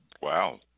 Wow